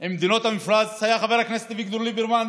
עם מדינות המפרץ היה חבר הכנסת אביגדור ליברמן,